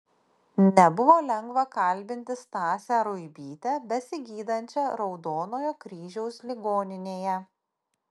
nebuvo lengva kalbinti stasę ruibytę besigydančią raudonojo kryžiaus ligoninėje